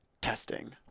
testing